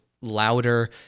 louder